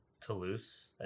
Toulouse